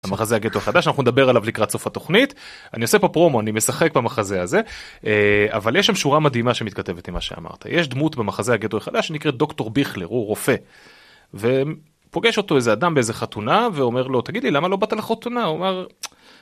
מחזי הגטו החדש אנחנו נדבר עליו לקראת סוף התוכנית אני עושה פה פרומו אני משחק במחזה הזה אבל יש שם שורה מדהימה שמתכתבת עם מה שאמרת יש דמות במחזה הגטו החדש שנקראת דוקטור ביכלר הוא רופא. פוגש אותו איזה אדם באיזה חתונה ואומר לו תגידי למה לא באת לחתונה.